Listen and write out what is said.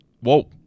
whoa